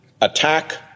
Attack